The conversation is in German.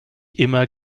immer